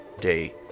Day